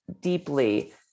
deeply